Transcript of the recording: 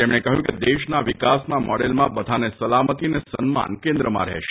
શ્રી મોદીએ કહ્યું કે દેશના વિકાસના મોડેલમાં બધાને સલામતી અને સન્માન કેન્દ્રમાં રહેશે